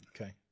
Okay